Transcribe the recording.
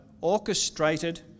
orchestrated